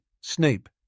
Snape